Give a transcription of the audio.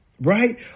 right